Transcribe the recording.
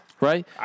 Right